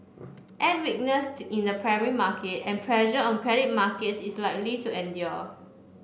add weakness to in the primary market and pressure on credit markets is likely to endure